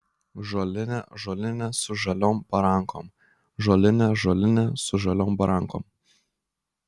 žolinė žolinė su žaliom barankom žolinė žolinė su žaliom barankom